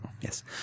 Yes